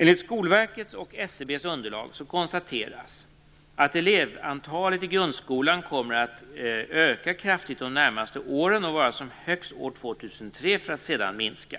Enligt Skolverkets och SCB:s underlag konstateras att elevantalet i grundskolan kommer att öka kraftigt de närmaste åren och vara som högst år 2003, för att sedan minska.